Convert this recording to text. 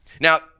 Now